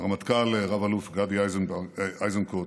הרמטכ"ל רב-אלוף גדי איזנקוט,